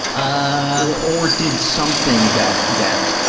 ah. or did something that that